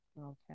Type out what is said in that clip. Okay